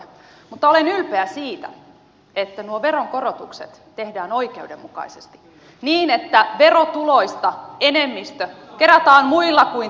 mutta olen ylpeä siitä että nuo veronkorotukset tehdään oikeudenmukaisesti niin että verotuloista enemmistö kerätään muilla kuin tasaverolla